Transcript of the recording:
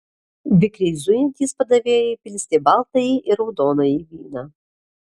vikriai zujantys padavėjai pilstė baltąjį ir raudonąjį vyną